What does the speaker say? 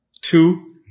two